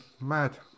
Mad